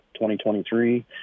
2023